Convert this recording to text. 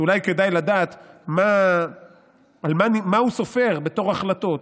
אולי כדאי לדעת מה הוא סופר בתור החלטות.